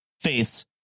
faiths